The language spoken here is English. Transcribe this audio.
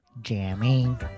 Jamming